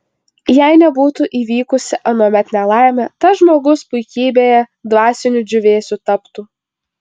jei nebūtų įvykusi anuomet nelaimė tas žmogus puikybėje dvasiniu džiūvėsiu taptų